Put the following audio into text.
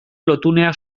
lotuneak